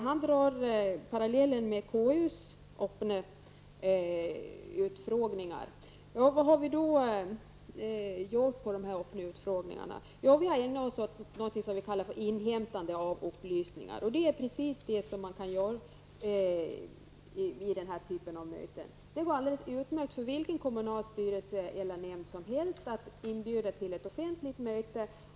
Han drar paralleller till KUs öppna utfrågningar. Vad har vi gjort under de öppna utfrågningarna? Vi har ägnat oss åt vad vi kallar för inhämtande av upplysningar. Det är precis detta man kan göra vid den här typen av möten. Det går utmärkt för vilken kommunal styrelse eller nämnd som helst att inbjuda till ett offentligt möte.